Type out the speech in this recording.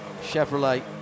Chevrolet